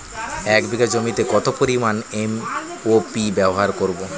এক বিঘা জমিতে কত পরিমান এম.ও.পি ব্যবহার করব?